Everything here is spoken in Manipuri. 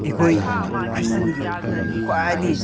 ꯑꯩꯈꯣꯏ ꯈ꯭ꯔꯤꯁꯇ꯭ꯌꯟꯒꯤ ꯈ꯭ꯋꯥꯏꯗꯒꯤ